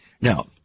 Now